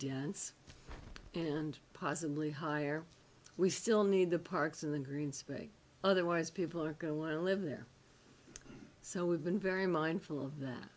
dance and possibly hire we still need the parks in the green space otherwise people are going to want to live there so we've been very mindful of that